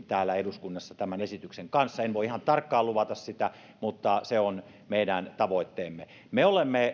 täällä eduskunnassa tämän esityksen kanssa en voi ihan tarkkaan luvata sitä mutta se on meidän tavoitteemme me olemme